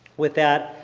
with that,